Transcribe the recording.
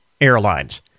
Airlines